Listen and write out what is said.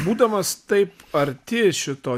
būdamas taip arti šito